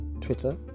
Twitter